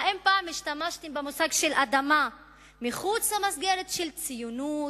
האם פעם השתמשתם במושג של אדמה מחוץ למסגרת של ציונות